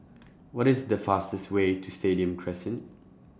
What IS The fastest Way to Stadium Crescent